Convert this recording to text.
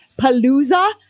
Palooza